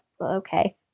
okay